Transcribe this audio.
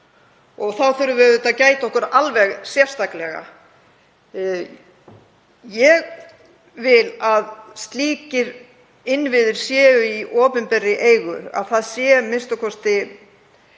Þá þurfum við auðvitað að gæta okkar alveg sérstaklega. Ég vil að slíkir innviðir séu í opinberri eigu, að það séu a.m.k.